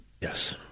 Yes